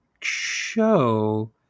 show